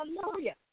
Hallelujah